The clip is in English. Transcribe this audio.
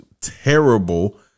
terrible